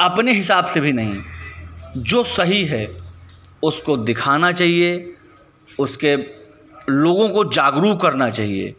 अपने हिसाब से भी नहीं जो सही है उसको दिखाना चाहिए उसके लोगों को जागरूक करना चहिए